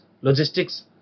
logistics